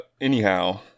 anyhow